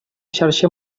xarxa